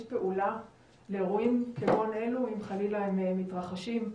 פעולה לאירועים כגון אלו אם חלילה הם מתרחשים?